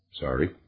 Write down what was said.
sorry